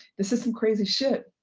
this is some crazy shit.